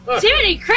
Timothy